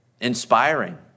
inspiring